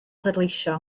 pleidleisio